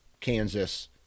Kansas